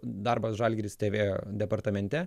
darbas žalgiris tv departamente